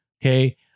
okay